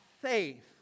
faith